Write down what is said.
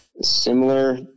similar